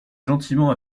gentiment